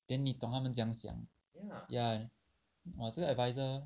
then 你懂他们怎样想 ya !wah! 这个 advisor